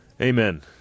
Amen